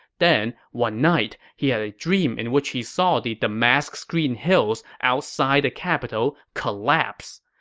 then one night, he had a dream in which he saw the damask screen hills outside the capital collapse.